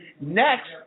Next